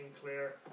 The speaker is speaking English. clear